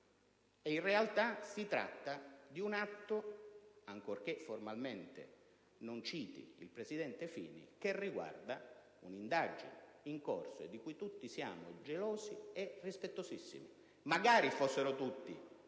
In realtà, si tratta di un atto che, ancorché formalmente non citi il presidente Fini, riguarda un'indagine in corso, di cui tutti siamo rispettosissimi. Magari fossero tutti